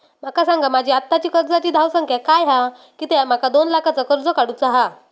माका सांगा माझी आत्ताची कर्जाची धावसंख्या काय हा कित्या माका दोन लाखाचा कर्ज काढू चा हा?